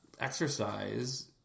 exercise